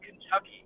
Kentucky